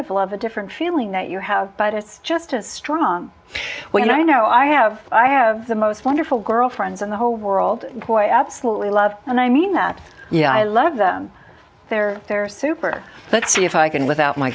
of love a different feeling that you have but it's just as strong when i know i have i have the most wonderful girl friends in the whole world court absolutely love and i mean that yeah i love them they're they're super let's see if i can without my